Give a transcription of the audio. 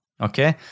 Okay